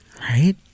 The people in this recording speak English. Right